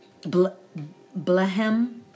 Blehem